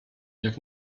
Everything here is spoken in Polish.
jak